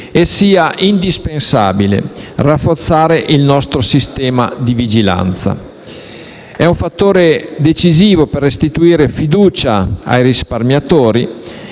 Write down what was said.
e sia indispensabile rafforzare il nostro sistema di vigilanza. È un fattore decisivo per restituire fiducia ai risparmiatori,